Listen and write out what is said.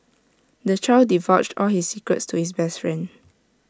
the child divulged all his secrets to his best friend